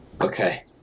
Okay